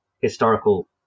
historical